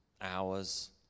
hours